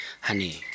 Honey